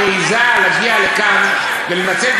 אבל אני רוצה לשאול אותה איך בכלל היא מעזה